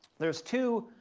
there's two,